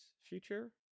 future